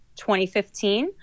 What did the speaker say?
2015